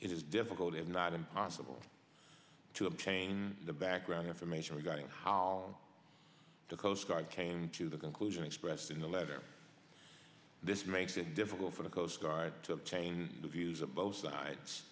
it is difficult if not impossible to obtain the background information regarding how long the coast guard came to the conclusion expressed in the letter this makes it difficult for the coast guard to obtain the views of both sides